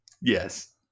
Yes